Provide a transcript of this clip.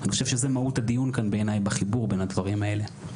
אני חושב שזה מהות הדיון כאן בעיניי בחיבור בין הדברים האלה.